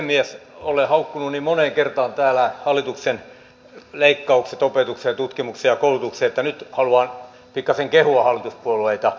olen haukkunut niin moneen kertaan täällä hallituksen leikkaukset opetukseen ja tutkimukseen ja koulutukseen että nyt haluan pikkasen kehua hallituspuolueita